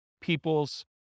people's